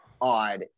odd